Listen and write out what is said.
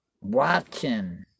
watching